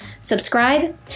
Subscribe